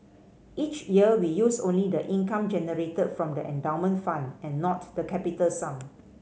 each year we use only the income generated from the endowment fund and not the capital sum